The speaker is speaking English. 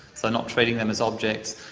so not treating them as objects.